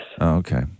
Okay